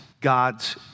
God's